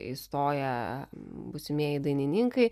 įstoję būsimieji dainininkai